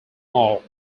all